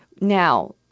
now